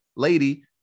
Lady